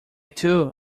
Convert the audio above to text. too